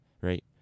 right